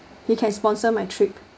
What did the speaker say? you can sponsor my trip